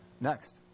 Next